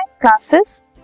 classes